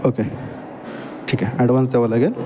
okay ठीक आहे advance द्यावं लागेल